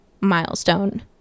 milestone